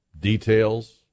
details